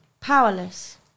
Powerless